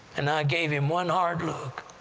and i gave him one hard look!